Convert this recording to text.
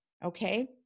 Okay